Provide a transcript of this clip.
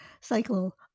cycle